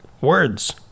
words